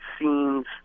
scenes